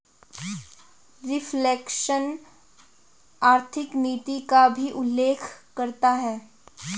reflation आर्थिक नीति का भी उल्लेख करता है